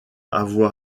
avoir